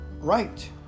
right